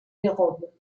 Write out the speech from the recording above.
dérobe